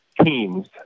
teams